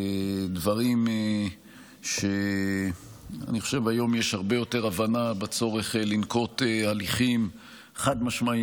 אני חושב שהיום יש הרבה יותר הבנה של הצורך לנקוט הליכים חד-משמעיים,